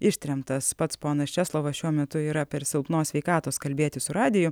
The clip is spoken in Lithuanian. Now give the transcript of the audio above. ištremtas pats ponas česlovas šiuo metu yra per silpnos sveikatos kalbėti su radiju